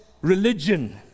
religion